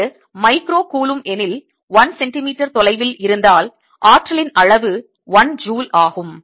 இது micro coulomb எனில் 1 centimetre தொலைவில் இருந்தால் ஆற்றலின் அளவு 1 ஜூல் ஆகும்